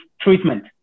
treatment